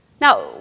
Now